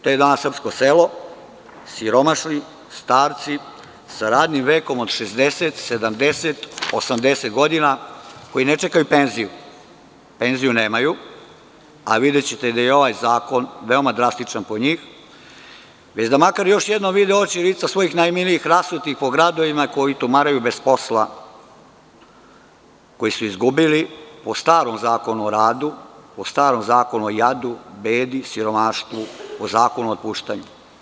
To je danas srpsko selo, siromašni starci sa radnim vekom od 60, 70, 80 godina, koji ne čekaju penziju, penziju nemaju, a videćete da je i ovaj zakon veoma drastičan po njih, već da makar još jednom vide oči i lica svojih najmilijih rasutih po gradovima koji tumaraju bez posla koji su izgubili po starom Zakonu o radu, po starom zakonu o jadu, bedi, siromaštvu, o zakonu o otpuštanju.